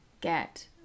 get